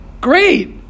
Great